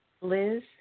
Liz